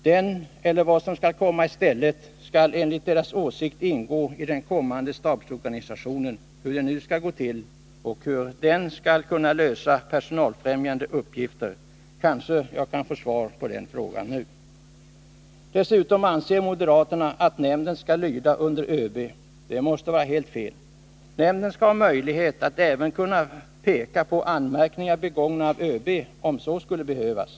Den, eller det som skall komma i stället, skall enligt deras åsikt ingå i den kommande stabsorganisationen — hur det nu skall gå till. Och hur skall den kunna lösa personalfrämjande uppgifter? Kanske jag kan få svar på den frågan nu. Dessutom anser moderaterna att nämnden skall lyda under ÖB. Det måste vara helt fel. Nämnden skall ha möjlighet att även kunna peka på anmärkningar begångna av ÖB, om så skulle behövas.